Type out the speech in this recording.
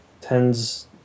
tens